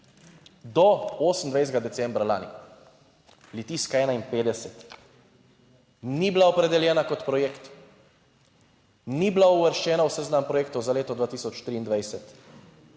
do 28. decembra lani Litijska 51 ni bila opredeljena kot projekt, ni bila uvrščena v seznam projektov za leto 2023,